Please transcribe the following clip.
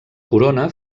corona